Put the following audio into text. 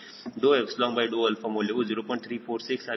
346 ಆಗುತ್ತದೆ